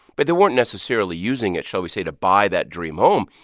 but they weren't necessarily using it, shall we say, to buy that dream home.